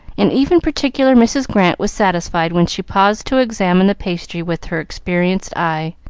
and even particular mrs. grant was satisfied when she paused to examine the pastry with her experienced eye.